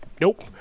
nope